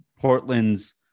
Portland's